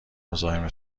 مزاحم